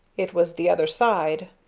it was the other side.